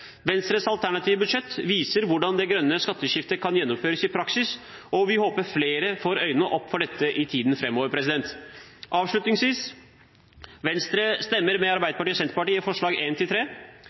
Venstres alternative budsjett viser hvordan det grønne skatteskiftet kan gjennomføres i praksis, og vi håper flere får øynene opp for dette i tiden framover. Avslutningsvis: Venstre stemmer med Arbeiderpartiet og Senterpartiet i forslag 1–3. Videre har vi ved en